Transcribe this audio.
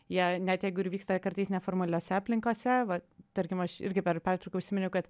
jei net jeigu ir vyksta kartais neformaliose aplinkose va tarkim aš irgi per pertrauką užsiminiau kad